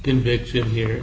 conviction here